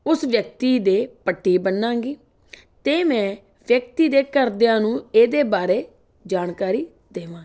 ਉਸ ਵਿਅਕਤੀ ਦੇ ਪੱਟੀ ਬੰਨਾਂਗੀ ਅਤੇ ਮੈਂ ਵਿਅਕਤੀ ਦੇ ਘਰਦਿਆਂ ਨੂੰ ਇਹਦੇ ਬਾਰੇ ਜਾਣਕਾਰੀ ਦੇਵਾਂਗੀ